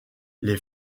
les